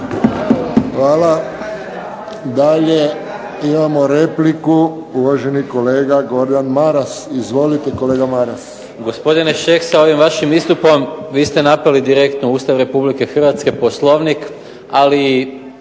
Hvala. Dalje imamo repliku, uvaženi kolega Gordan Maras. Izvolite kolega Maras.